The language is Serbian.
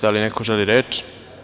Da li neko želi reč?